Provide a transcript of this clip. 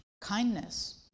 kindness